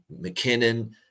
McKinnon